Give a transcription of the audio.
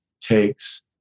takes